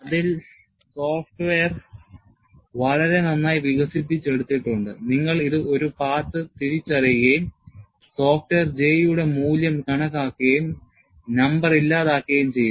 അതിൽ സോഫ്റ്റ്വെയർ വളരെ നന്നായി വികസിപ്പിച്ചെടുത്തിട്ടുണ്ട് നിങ്ങൾ ഒരു പാത്ത് തിരിച്ചറിയുകയും സോഫ്റ്റ്വെയർ J യുടെ മൂല്യം കണക്കാക്കുകയും നമ്പർ ഇല്ലാതാക്കുകയും ചെയ്യുന്നു